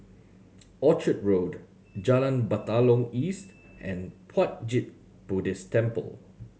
Orchard Road Jalan Batalong East and Puat Jit Buddhist Temple